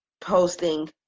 posting